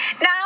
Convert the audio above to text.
Now